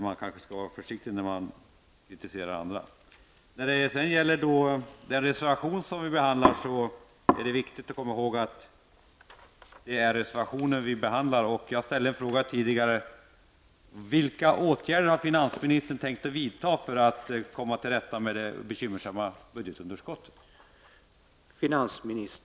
Man kanske skall vara försiktig när man kritiserar andra. Det är viktigt att komma ihåg att vi behandlar en reservation. Jag frågade tidigare vilka åtgärder finansministern har tänkt vidta för att komma till rätta med det bekymmersamma budgetunderskottet.